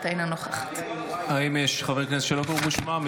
אינה נוכחת האם יש חברי כנסת שלא קראו בשמם?